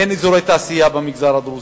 אין אזורי תעשייה במגזר הדרוזי,